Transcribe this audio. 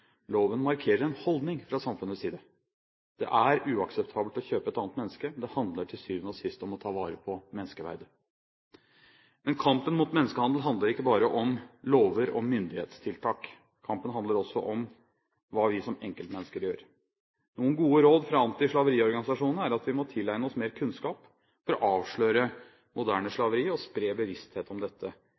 loven markerer en holdning fra samfunnets side: Det er uakseptabelt å kjøpe et annet menneske. Det handler til syvende og sist om å ta vare på menneskeverdet. Men kampen mot menneskehandel handler ikke bare om lover og myndighetstiltak. Kampen handler også om hva vi som enkeltmennesker gjør. Noen gode råd fra antislaveriorganisasjonene er at vi må tilegne oss mer kunnskap for å avsløre moderne slaveri og spre bevissthet om dette